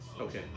Okay